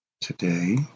Today